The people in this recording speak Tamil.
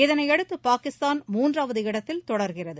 இதனையடுத்து பாகிஸ்தான் மூன்றாவது இடத்தில் தொடருகிறது